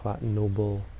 noble